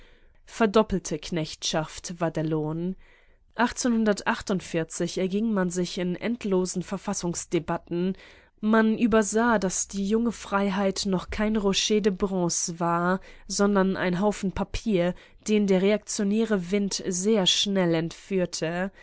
verdoppelte knechtschaft war der lohn erging man sich in endlosen verfassungsdebatten man übersah daß die junge freiheit noch kein rocher de bronce war sondern ein haufen papier den der reaktionäre wind sehr schnell entführte